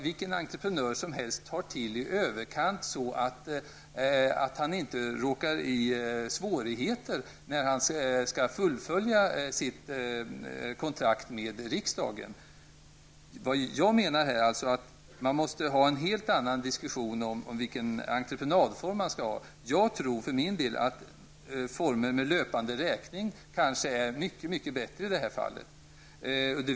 Vilken entreprenör som helst tar självfallet till i överkant så att han inte råkar i svårigheter när kontraktet med riksdagen skall fullföljas. Man måste alltså föra en helt annan diskussion om vilken entreprenadform man skall välja. För min del anser jag nog att former med löpande räkning är mycket bättre.